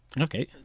Okay